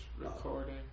recording